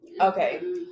okay